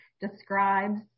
describes